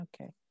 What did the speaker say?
okay